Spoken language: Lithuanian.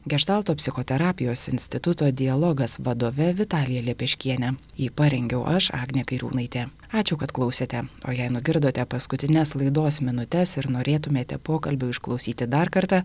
geštalto psichoterapijos instituto dialogas vadove vitalija lepeškienė jį parengiau aš agnė kairiūnaitė ačiū kad klausėte o jei nugirdote paskutines laidos minutes ir norėtumėte pokalbio išklausyti dar kartą